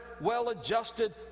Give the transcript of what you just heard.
well-adjusted